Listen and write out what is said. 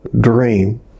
dream